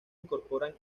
incorporan